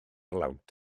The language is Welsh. lawnt